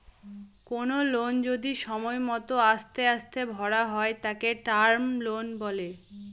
কোনো লোন যদি সময় মত আস্তে আস্তে ভরা হয় তাকে টার্ম লোন বলে